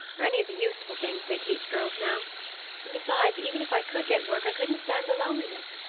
or any of the useful things they teach girls now and besides, even if i could get work i couldn't stand the loneliness.